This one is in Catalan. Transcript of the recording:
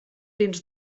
dins